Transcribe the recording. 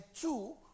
two